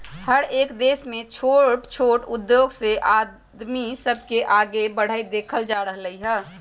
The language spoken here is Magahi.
हरएक देश में छोट छोट उद्धोग से आदमी सब के आगे बढ़ईत देखल जा रहल हई